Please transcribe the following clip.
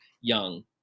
young